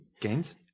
Gains